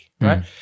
right